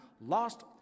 lost